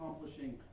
accomplishing